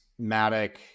Matic